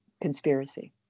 conspiracy